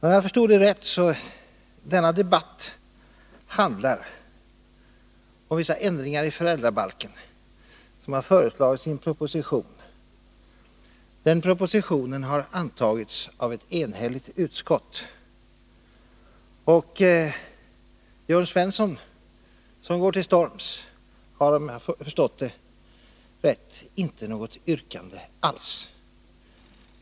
Om jag förstod rätt handlar denna debatt om vissa förändringar i föräldrabalken som har föreslagits i en proposition. Denna proposition har antagits av ett enhälligt utskott, och Jörn Svensson som går till storms har — om jag förstått det rätt — inte något yrkande alls.